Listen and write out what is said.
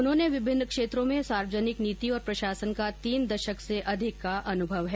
उन्हें विभिन्न क्षेत्रों में सार्वजनिक नीति और प्रशासन का तीन दशक से अधिक का अनुभव है